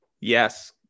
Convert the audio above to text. Yes